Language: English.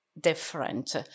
different